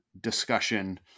discussion